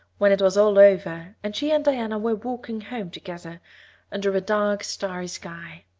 when it was all over and she and diana were walking home together under a dark, starry sky.